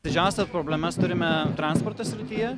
didžiausias problemas turime transporto srityje